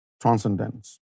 transcendence